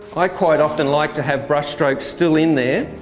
i quite often like to have brushstrokes still in there,